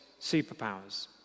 superpowers